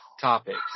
topics